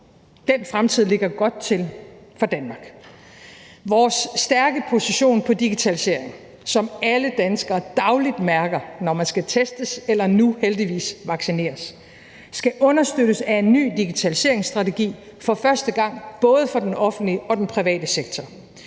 Den fremtid ligger godt til for Danmark. Vores stærke position på digitalisering, som alle danskere dagligt mærker, når man skal testes eller nu, heldigvis, vaccineres, skal understøttes af en ny digitaliseringsstrategi, for første gang både for den offentlige og den private sektor.